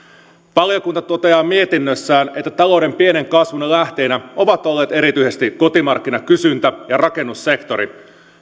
valiokunta toteaa mietinnössään että talouden pienen kasvun lähteinä ovat olleet erityisesti kotimarkkinakysyntä ja rakennussektori